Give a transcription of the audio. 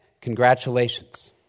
congratulations